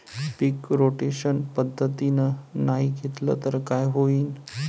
पीक rotation पद्धतीनं नाही घेतलं तर काय होईन?